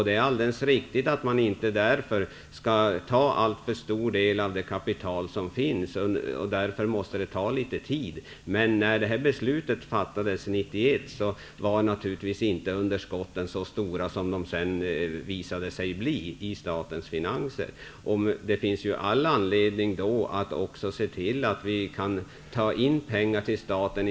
Det är alldeles riktigt att man inte kan ta i anspråk alltför stor del av det kapital som finns, och därför måste det ta litet tid. När beslutet fattades 1991 var naturligtvis inte underskottet i statens finanser så stort som det sedan har visat sig bli. Det finns då all anledning att också se till att vi kan ta in pengar till staten.